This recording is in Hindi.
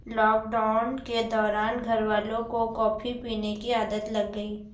लॉकडाउन के दौरान घरवालों को कॉफी पीने की आदत लग गई